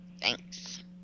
Thanks